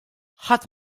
ħadd